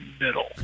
middle